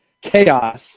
chaos